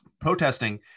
protesting